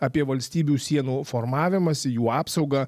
apie valstybių sienų formavimąsi jų apsaugą